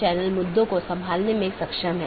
IGP IBGP AS के भीतर कहीं भी स्थित हो सकते है